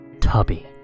tubby